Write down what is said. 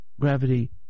gravity